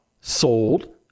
sold